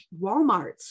Walmarts